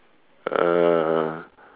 uh